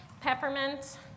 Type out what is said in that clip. peppermint